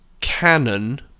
canon